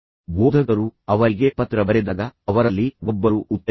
ಬೋಧಕರು ಅವರಿಗೆ ಪತ್ರ ಬರೆದಾಗ ಅವರಲ್ಲಿ ಒಬ್ಬರು ಉತ್ತರಿಸಿದರು